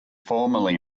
formally